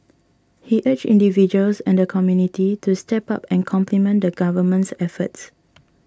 he urged individuals and community to step up and complement the Government's efforts